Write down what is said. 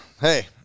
Hey